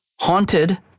Haunted